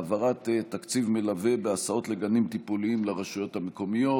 העברת תקציב מלווה בהסעת גנים טיפוליים לרשויות המקומיות.